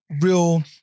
real